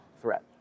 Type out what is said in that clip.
threat